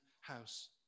house